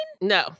No